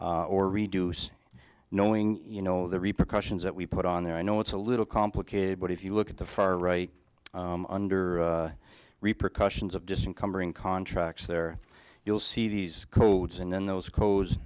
or reduce knowing you know the repercussions that we put on there i know it's a little complicated but if you look at the far right under repercussions of distant cumbering contracts there you'll see these codes and those codes